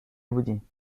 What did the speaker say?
بودیم